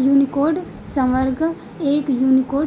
Unicode संवर्ग एक Unicode